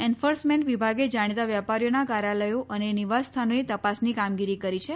enforcement વિભાગે જાણિતા વેપારીઓના કાર્યાલયો અને નિવાસસ્થાનોએ તપાસની કામગીરી કરી છે